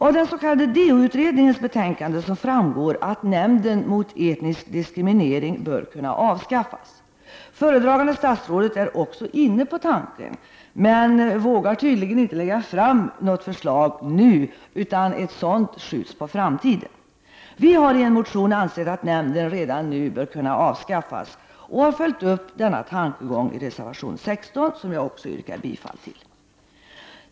Av den s.k. DO-utredningens betänkande framgår att nämnden mot etnisk diskriminering bör kunna avskaffas. Föredragande statsrådet är också inne på tanken, men vågar tydligen inte lägga fram något förslag nu. Ett sådant skjuts på framtiden. Vi har i en motion framhållit att nämnden redan nu bör kunna avskaffas och har följt upp denna tanke i reservation 16, som jag yrkar bifall till.